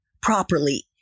properly